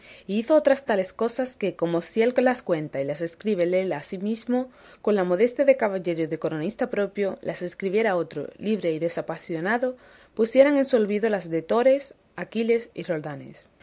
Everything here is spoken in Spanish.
hizo otras tales cosas que como si él las cuenta y las escribe él asimismo con la modestia de caballero y de coronista propio las escribiera otro libre y desapasionado pusieran en su olvido las de los hétores aquiles y roldanes